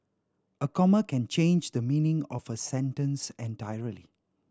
a comma can change the meaning of a sentence entirely